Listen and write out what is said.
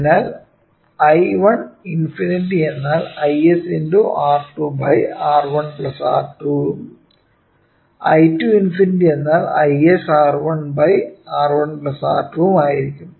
അതിനാൽ I1∞ എന്നാൽ Is × R2 R1 R2 ന്നും I2∞ എന്നാൽ Is R1 R1R2 ഉം ആയിരിക്കും